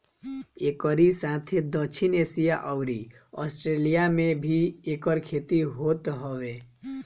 एकरी साथे दक्षिण एशिया अउरी आस्ट्रेलिया में भी एकर खेती होत हवे